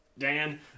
Dan